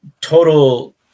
total